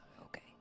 Okay